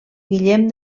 guillem